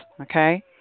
okay